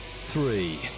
three